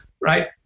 Right